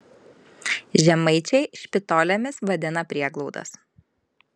žemaičiai špitolėmis vadina prieglaudas